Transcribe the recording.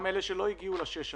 שנים?